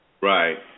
Right